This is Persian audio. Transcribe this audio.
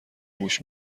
گوش